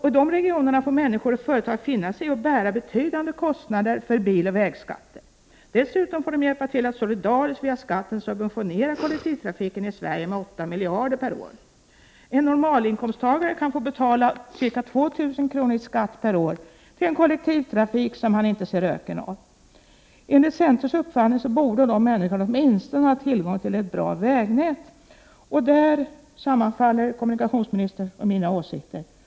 I dessa regioner får människor och företag finna sig i att bära betydande kostnader i form av biloch vägskatter. Dessutom får de hjälpa till att solidariskt via skatten subventionera kollektivtrafiken i Sverige med 8 miljarder kronor per år. En normalinkomsttagare kan få betala ca 2 000 kr. i skatt per år till en kollektivtrafik som han inte ser röken av. Enligt centerns uppfattning borde dessa människor åtminstone ha tillgång till ett bra vägnät, och därvidlag sammanfaller kommunikationsministerns och mina åsikter.